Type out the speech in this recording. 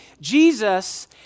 Jesus